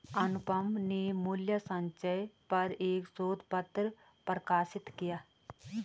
अनुपम ने मूल्य संचय पर एक शोध पत्र प्रकाशित किया